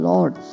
Lord